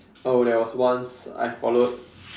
oh there was once I followed